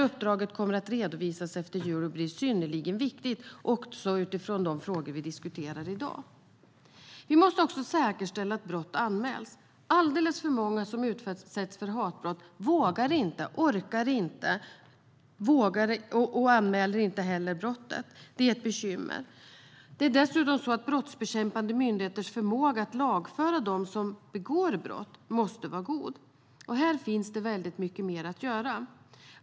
Uppdraget kommer att redovisas efter jul och blir synnerligen viktigt också utifrån de frågor vi i dag diskuterar. Vi måste säkerställa att brott anmäls. Alldeles för många som utsätts för hatbrott vågar inte eller orkar inte anmäla brottet. Det är ett bekymmer. Dessutom måste de brottsbekämpande myndigheternas förmåga att lagföra dem som begår brott vara god. Här finns mycket mer att göra.